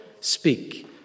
speak